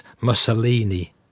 Mussolini